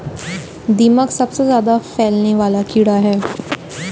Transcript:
दीमक सबसे ज्यादा फैलने वाला कीड़ा है